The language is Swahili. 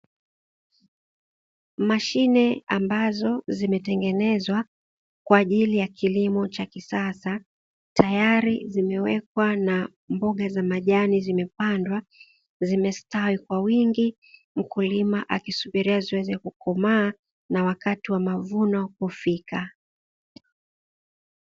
mashine ambazo zimetengenezwa kwaajili ya kilimo cha kisasa tayari zimewekwa na mboga za majani zimepandwa, zimestawi kwa wingi mkulima akisubiria ziweze kukomaa na wakati wa mavuno kufika.